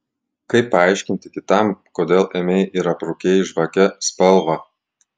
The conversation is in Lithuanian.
kaip paaiškinti kitam kodėl ėmei ir aprūkei žvake spalvą